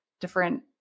different